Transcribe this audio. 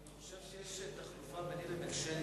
אני חושב שיש החלפה ביני ובין שלי,